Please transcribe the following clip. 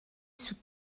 sous